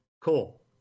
Cool